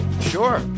Sure